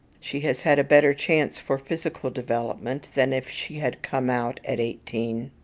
she has had a better chance for physical development than if she had come out at eighteen.